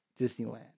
Disneyland